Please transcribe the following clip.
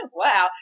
wow